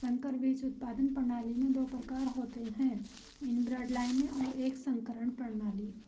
संकर बीज उत्पादन प्रणाली में दो प्रकार होते है इनब्रेड लाइनें और एक संकरण प्रणाली